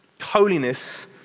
holiness